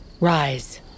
Rise